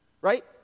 right